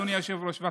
אדוני היושב-ראש,